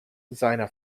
seine